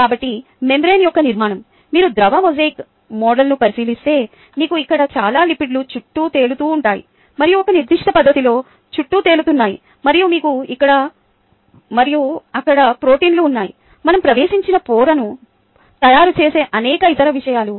కాబట్టి మెంబ్రేన్ యొక్క నిర్మాణం మీరు ద్రవ మొజాయిక్ మోడల్ను పరిశీలిస్తే మీకు ఇక్కడ చాలా లిపిడ్లు చుట్టూ తేలుతూ ఉంటాయి మరియు ఒక నిర్దిష్ట పద్ధతిలో చుట్టూ తేలుతున్నాయి మరియు మీకు ఇక్కడ మరియు అక్కడ ప్రోటీన్లు ఉన్నాయి మనం ప్రవేశించని పొరను తయారుచేసే అనేక ఇతర విషయాలు